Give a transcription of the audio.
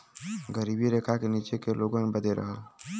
गरीबी रेखा के नीचे के लोगन बदे रहल